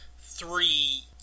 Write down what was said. three